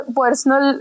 personal